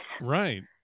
Right